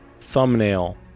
thumbnail